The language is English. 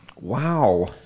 Wow